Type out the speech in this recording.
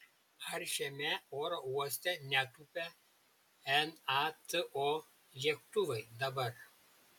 ar šiame oro uoste netūpia nato lėktuvai dabar